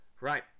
Right